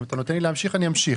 אם אתה נותן לי להמשיך אני אמשיך.